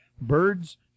birds